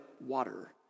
water